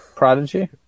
Prodigy